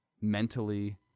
mentally